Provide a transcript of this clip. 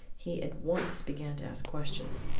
he at once began to ask questions.